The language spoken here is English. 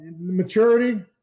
maturity